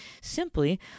simply